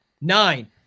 nine